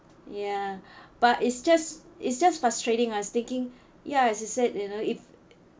ya but it's just it's just frustrating ah it was taking ya as you said you know if